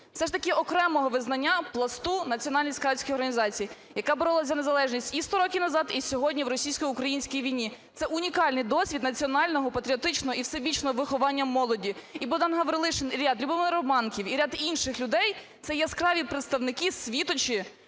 все ж таки окремого визнання Пласту національною скаутською організацією, яка боролася за незалежність і 100 років назад, і сьогодні в російсько-українській війні. Це унікальний досвід національного патріотичного і всебічного виховання молоді. І Богдан Гаврилишин, і Любомир Романків, і ряд інших людей – це яскраві представники, світочі